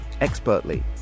expertly